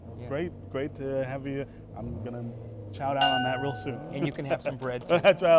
great great to have you i'm going to chow down on that real soon. and you can have some bread so